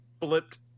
flipped